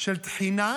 של תחינה,